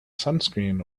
sunscreen